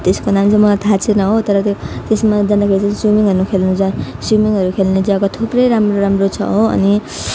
त्यसको नाम चाहिँ मलाई थाहा छैन हो तर त्यो त्यसमा जाँदाखेरि चाहिँ स्विमिङहरू खेल्नु जा स्विमिङहरू खेल्ने जग्गा थुप्रै राम्रो राम्रो छ हो अनि